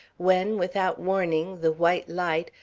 when, without warning, the white light,